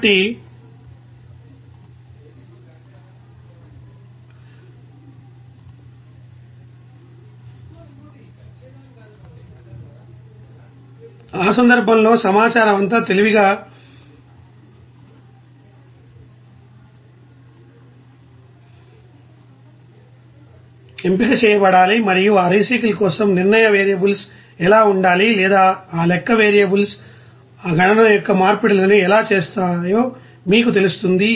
కాబట్టి ఆ సందర్భంలో సమాచారం అంతా తెలివిగా ఎంపిక చేయబడాలి మరియు ఆ రీసైకిల్ కోసం నిర్ణయ వేరియబుల్స్ ఎలా ఉండాలి లేదా ఆ లెక్క వేరియబుల్స్ ఆ గణన యొక్క మార్పిడులను ఎలా చేస్తాయో మీకు తెలుస్తుంది